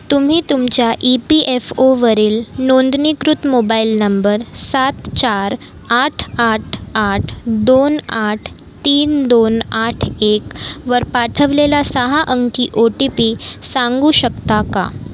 तुम्ही तुमच्या E P F ओवरील नोंदणीकृत मोबाईल नंबर सात चार आठ आठ आठ दोन आठ तीन दोन आठ एकवर पाठवलेला सहा अंकी ओ टी पी सांगू शकता का